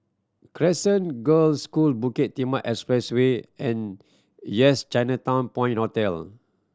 Crescent Girls' School Bukit Timah Expressway and Yes Chinatown Point Hotel